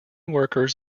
workers